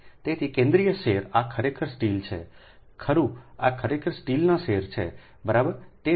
તેથી કેન્દ્રિય સેર આ ખરેખર સ્ટીલ છે ખરું આ ખરેખર સ્ટીલના સેર છે બરાબર